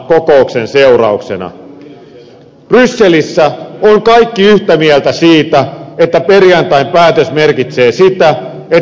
brysselissä ovat kaikki yhtä mieltä siitä että perjantain päätös merkitsee sitä että lainatakuut nousevat